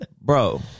bro